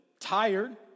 tired